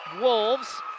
wolves